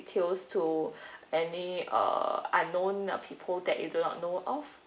details to any uh unknown uh people that you do not know of